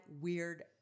weird